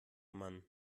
mann